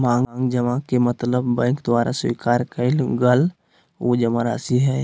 मांग जमा के मतलब बैंक द्वारा स्वीकार कइल गल उ जमाराशि हइ